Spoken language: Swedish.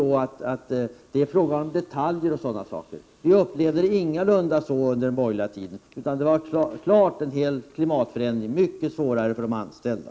Han sade att det var fråga om detaljskillnader. Vi upplevde det ingalunda så under den borgerliga tiden — det blev en klar klimatförändring och mycket svårare för de anställda.